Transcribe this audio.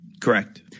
Correct